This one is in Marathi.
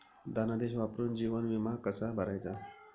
धनादेश वापरून जीवन विमा कसा भरायचा?